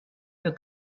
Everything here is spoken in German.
für